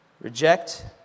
reject